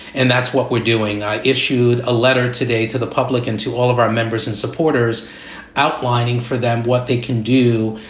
and that's what we're doing. i issued a letter today to the public and to all of our members and supporters outlining for them what they can do,